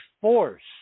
force